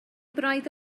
braidd